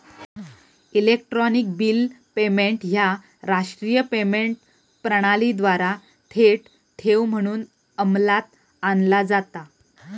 electronic bill payment ह्या राष्ट्रीय payment प्रणालीद्वारा थेट ठेव म्हणून अंमलात आणला जाता